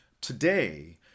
today